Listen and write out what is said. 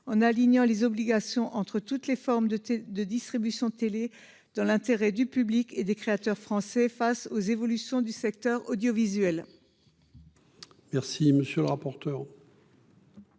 en alignant les obligations entre toutes les formes de de distribution télé dans l'intérêt du public et des créateurs français face aux évolutions du secteur audiovisuel. Merci monsieur le rapporteur.